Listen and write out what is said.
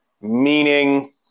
meaning